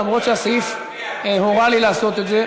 למרות שהסעיף הורה לי לעשות את זה.